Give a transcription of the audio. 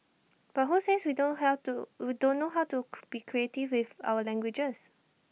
but who says we don't held to we don't know how to be creative with our languages